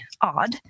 Odd